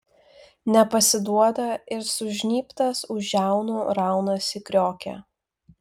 nepasiduoda ir sužnybtas už žiaunų raunasi kriokia